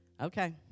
Okay